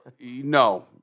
no